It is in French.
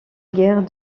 guerre